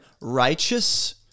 righteous